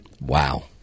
Wow